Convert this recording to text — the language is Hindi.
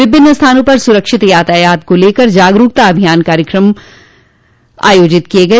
विभिन्न स्थानों पर सुरक्षित यातायात को लेकर जागरूकता कार्यक्रम आयोजित किये गये